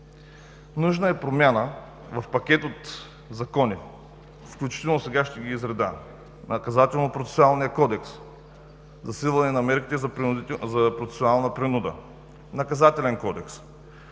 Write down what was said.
Нужна е промяна в пакет от закони и ще ги изредя: Наказателнопроцесуалния кодекс –засилване на мерките за процесуална принуда, Наказателен кодекс